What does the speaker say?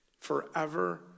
forever